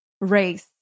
race